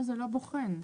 זה לא בוחן.